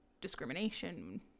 discrimination